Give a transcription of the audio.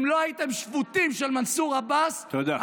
אם לא הייתם שפוטים של מנסור עבאס, תודה.